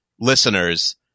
listeners